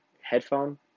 headphone